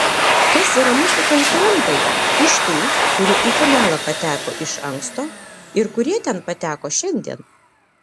kas yra mūsų konkurentai iš tų kurie į finalą pateko iš anksto ir kurie ten pateko šiandien